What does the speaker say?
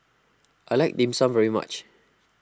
I like Dim Sum very much